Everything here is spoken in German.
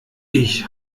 ich